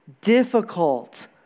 difficult